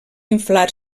inflar